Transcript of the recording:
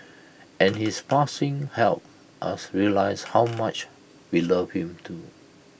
and his passing helped us realise how much we loved him too